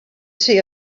see